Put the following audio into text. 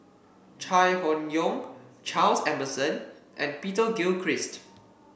Chai Hon Yoong Charles Emmerson and Peter Gilchrist